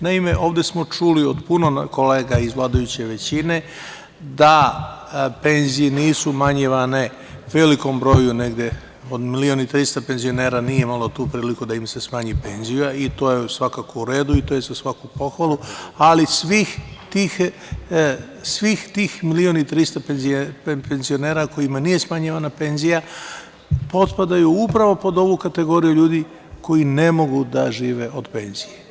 Naime, ovde smo čuli od puno kolega iz vladajuće većine da penzije nisu umanjivanje velikom broju penzionera, milion i 300 hiljada nisu imali priliku da im se smanji penzija i to je svakako u redu i to je sve za pohvalu, ali svi ti penzioneri, milion i 300 hiljada penzionera kojima nije smanjivana penzija potpadaju upravo pod ovu kategoriju ljudi koji ne mogu da žive od penzije.